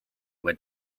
where